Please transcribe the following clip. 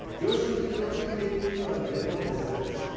yours truly will also be taking you through a demo of the service.